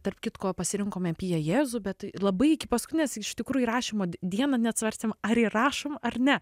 tarp kitko pasirinkome apie jėzų bet labai iki paskutinės iš tikrųjų įrašymo dieną net svarstėm ar įrašom ar ne